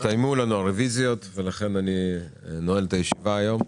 הסתיימו לנו הרביזיות, אני נועל את הישיבה להיום.